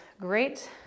great